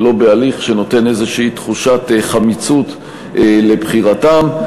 ולא בהליך שנותן איזושהי תחושת חמיצות לגבי בחירתם.